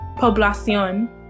población